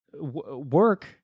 work